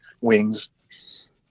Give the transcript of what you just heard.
wings